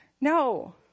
no